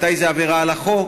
מתי זו עבירה על החוק.